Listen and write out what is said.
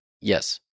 Yes